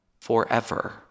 forever